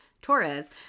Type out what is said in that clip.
Torres